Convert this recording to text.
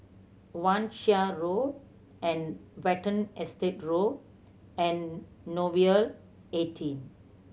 Wan Shih Road and Watten Estate Road and Nouvel eighteen